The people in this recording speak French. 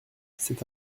c’est